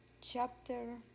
Chapter